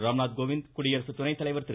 ராம்நாத் கோவிந்த் குடியரசு துணை தலைவர் திரு